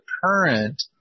current